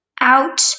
out